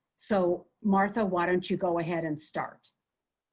so, martha, why don't you go ahead and start.